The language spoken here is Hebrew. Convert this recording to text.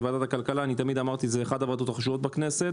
ועדת הכלכלה היא אחת החשובות בכנסת,